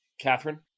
Catherine